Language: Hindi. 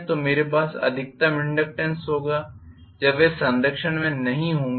तो मेरे पास अधिकतम इनडक्टेन्स होगा जब वे संरेखण में नहीं होंगे